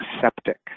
septic